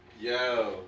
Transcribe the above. Yo